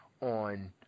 on